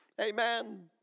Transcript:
Amen